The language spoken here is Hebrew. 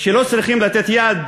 שלא צריכים לתת יד